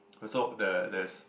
also there there is